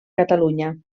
catalunya